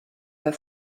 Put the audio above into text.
bei